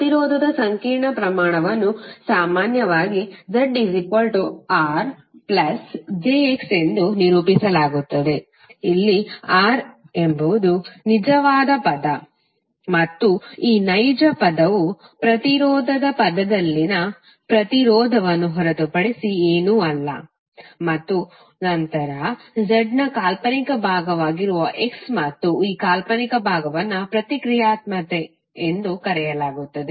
ಪ್ರತಿರೋಧದ ಸಂಕೀರ್ಣ ಪ್ರಮಾಣವನ್ನು ಸಾಮಾನ್ಯವಾಗಿ ZRjX ಎಂದು ನಿರೂಪಿಸಲಾಗುತ್ತದೆ ಇಲ್ಲಿ R ಎಂಬುದು ನಿಜವಾದ ಪದ ಮತ್ತು ಈ ನೈಜ ಪದವು ಪ್ರತಿರೋಧದ ಪದದಲ್ಲಿನ ಪ್ರತಿರೋಧವನ್ನು ಹೊರತುಪಡಿಸಿ ಏನೂ ಅಲ್ಲ ಮತ್ತು ನಂತರ Z ನ ಕಾಲ್ಪನಿಕ ಭಾಗವಾಗಿರುವ X ಮತ್ತು ಈ ಕಾಲ್ಪನಿಕ ಭಾಗವನ್ನು ಪ್ರತಿಕ್ರಿಯಾತ್ಮಕತೆ ಎಂದು ಕರೆಯಲಾಗುತ್ತದೆ